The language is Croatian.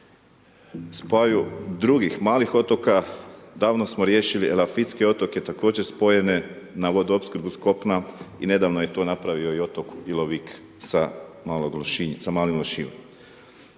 spoju drugim malih otoka, davno smo riješili Elafitske otoke, također spojene na vodoopskrbu s kopna i nedavno je to napravio i otok Ilovik sa Malim Lošinjem.